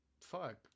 Fuck